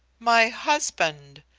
my husband!